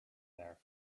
there